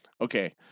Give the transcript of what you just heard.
Okay